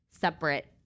separate